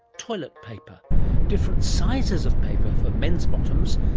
toilet paper different sizes of paper for men's bottoms,